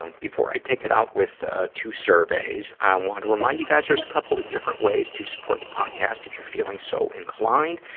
um before i take it out with, ah, two surveys, i um want to remind you guys, there's a couple of different ways to support the podcast, if you're feeling so inclined.